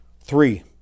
Three